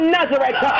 Nazareth